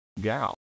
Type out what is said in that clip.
gal